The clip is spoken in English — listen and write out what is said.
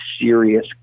serious